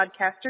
podcaster